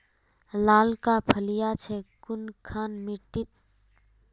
लालका फलिया छै कुनखान मिट्टी त?